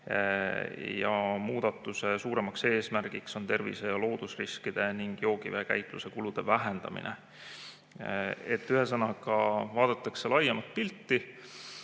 Muudatuse suuremaks eesmärgiks on tervise- ja [keskkonna]riskide ning joogiveekäitluse kulude vähendamine. Ühesõnaga, vaadatakse laiemat pilti